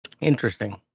Interesting